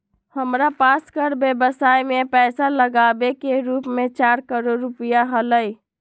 हमरा पास कर व्ययवसाय में पैसा लागावे के रूप चार करोड़ रुपिया हलय